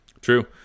True